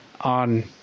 on